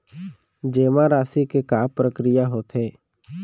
जेमा राशि के का प्रक्रिया होथे?